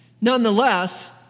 Nonetheless